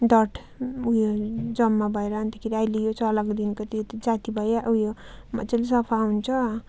dirt उयो जम्मा भएर अन्तखेरि यो चलाएकोदेखि त यो त जाती भयो उयो मजाले सफा हुन्छ